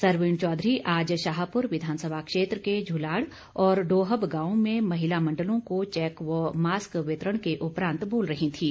सरवीण चौधरी आज शाहपुर विधानसभा क्षेत्र के झुलाड़ और डोहब गांवों में महिला मंडलों को चैक व मास्क वितरण के उपरांत बोल रही थीं